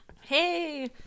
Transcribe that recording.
Hey